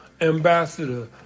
Ambassador